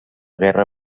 guerra